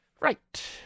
Right